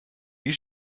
you